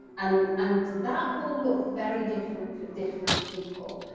and and that will look very different, for different people.